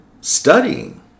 studying